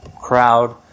crowd